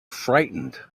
frightened